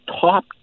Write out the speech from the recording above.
top